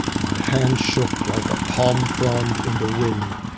my hand shook like a palm frond in the wind,